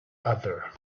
other